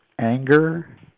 anger